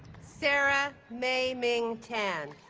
sarah mei ming tan